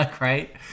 right